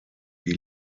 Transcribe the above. die